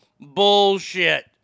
Bullshit